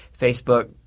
Facebook